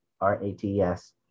R-A-T-S